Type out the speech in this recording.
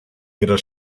ihrer